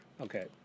Okay